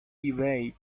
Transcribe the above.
evade